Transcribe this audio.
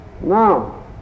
Now